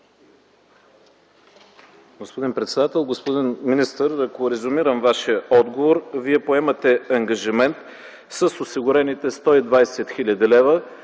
Господин председател, господин министър! Ако резюмирам Вашия отговор, Вие поемате ангажимент с осигурените 120 хил. лв.